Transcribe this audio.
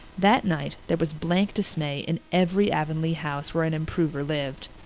that night there was blank dismay in every avonlea house where an improver lived.